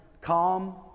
calm